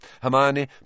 Hermione